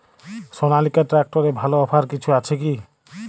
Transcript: সনালিকা ট্রাক্টরে ভালো অফার কিছু আছে কি?